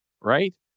right